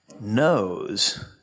knows